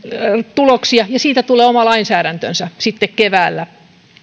tuloksia ja siitä tulee oma lainsäädäntönsä sitten keväällä